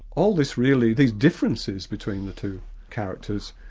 all this really, these differences between the two characters,